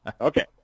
Okay